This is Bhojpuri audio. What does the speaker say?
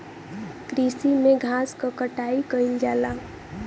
कृषि में घास क कटाई कइल जाला